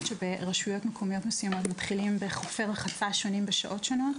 שברשויות מקומיות מסוימות מתחילים בחופי רחצה שונים בשעות שונות.